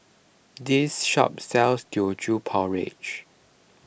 this shop sells Teochew Porridge